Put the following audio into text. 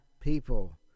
people